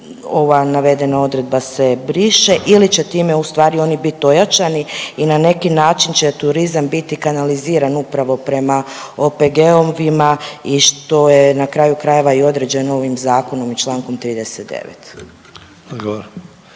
ova navedena odredba se briše ili će time u stvari oni biti ojačani i na neki način će turizam biti kanaliziran upravo prema OPG-ovim i što je na kraju krajeva i određeno ovim zakonom i Člankom 39.